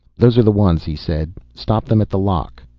those are the ones, he said. stop them at the lock,